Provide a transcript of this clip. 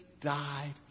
died